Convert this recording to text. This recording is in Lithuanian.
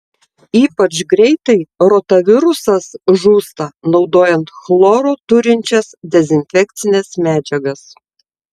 ypač greitai rotavirusas žūsta naudojant chloro turinčias dezinfekcines medžiagas